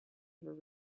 ever